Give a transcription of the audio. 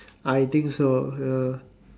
I think so ya